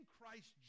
Christ